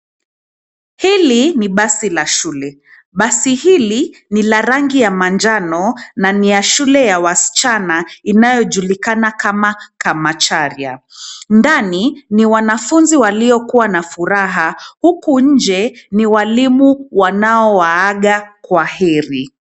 Hili ni basi la shule, basi hili ni la rangi ya manjano na niya shule ya wasichana inayojulikana kama Kamacharia. Ndani ni wanafunzi walio kuwa na furaha, huku nje ni walimu wanao waaga kwa heri.